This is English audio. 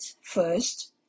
First